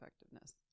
effectiveness